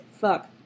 fuck